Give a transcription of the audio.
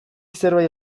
zerbait